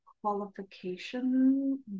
qualification